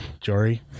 Jory